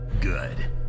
Good